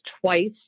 twice